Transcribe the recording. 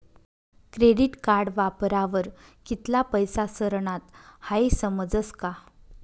credit card वापरावर कित्ला पैसा सरनात हाई समजस का